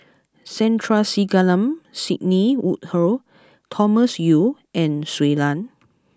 Sandrasegaran Sidney Woodhull Thomas Yeo and Shui Lan